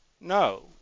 No